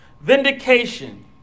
vindication